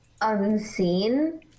unseen